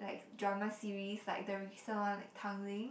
like drama series like the recent one like Tanglin